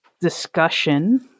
discussion